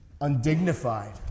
undignified